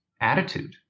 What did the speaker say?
attitude